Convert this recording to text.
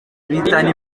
bitana